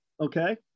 Okay